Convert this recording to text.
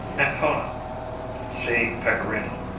ancona see pecorino.